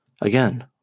Again